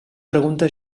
pregunta